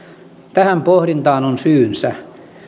tähän pohdintaan on syynsä